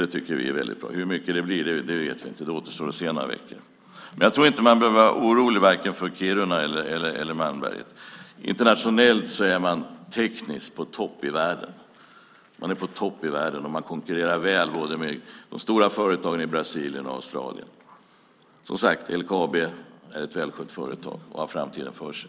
Det tycker vi är väldigt bra. Hur mycket det blir återstår att se. Jag tror inte att man behöver vara orolig för vare sig Kiruna eller Malmberget. Internationellt är man tekniskt på topp i världen. Man konkurrerar väl med de stora företagen i både Brasilien och Australien. LKAB är ett välskött företag som har framtiden för sig.